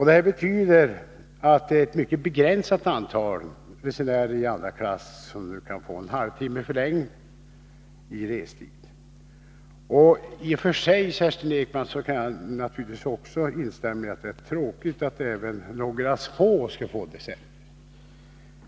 Detta betyder att det är ett mycket begränsat antal resenärer i andra klass som nu kan få en halvtimmes förlängning av restiden. I och för sig kan, Kerstin Ekman, också jag instämma i att det är tråkigt att ens några få skall få det sämre.